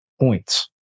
points